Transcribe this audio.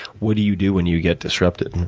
what do you do when you get disrupted?